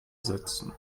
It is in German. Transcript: setzen